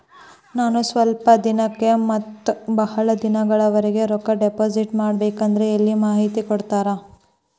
ನಾನು ಸ್ವಲ್ಪ ದಿನಕ್ಕ ಮತ್ತ ಬಹಳ ದಿನಗಳವರೆಗೆ ರೊಕ್ಕ ಡಿಪಾಸಿಟ್ ಮಾಡಬೇಕಂದ್ರ ಎಲ್ಲಿ ಮಾಹಿತಿ ಕೊಡ್ತೇರಾ?